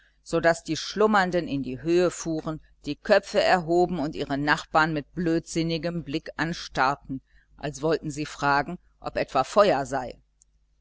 daß die schlummernden in die höhe fuhren die köpfe erhoben und ihre nachbarn mit blödsinnigem blick anstarrten als wollten sie fragen ob etwa feuer sei